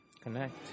Connect